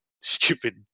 stupid